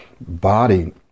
body